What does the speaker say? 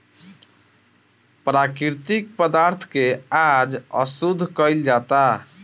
प्राकृतिक पदार्थ के आज अशुद्ध कइल जाता